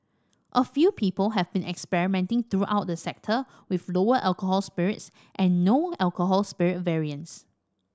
a few people have been experimenting throughout the sector with lower alcohol spirits and no alcohol spirit variants